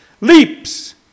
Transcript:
Leaps